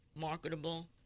marketable